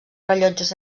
rellotges